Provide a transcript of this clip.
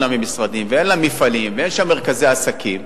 ממשרדים ואין לה מפעלים ואין שם מרכזי עסקים,